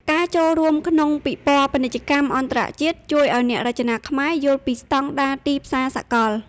ការចូលរួមក្នុងពិព័រណ៍ពាណិជ្ជកម្មអន្តរជាតិ ជួយឱ្យអ្នករចនាខ្មែរយល់ពីស្តង់ដារទីផ្សារសកល។